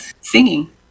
singing